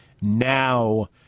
now